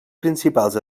principals